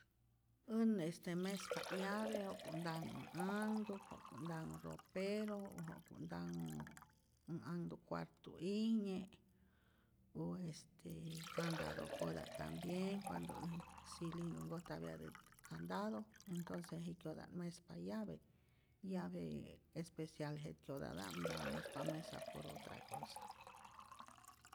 Äj este mespa't llave ja'ku't ntanhu äj anhtuk, ja'ku't ntanhu ropero, o ja'ku't ntanhu äj anhtuk cuartu'ijnye, o este candado'kota' tambien cuando äj cilindru nkojtapyatät candado, entonce jikyota't mespa llave, llave especial jetkyotata'mta'p ntatä muspa mesa por otra cosa.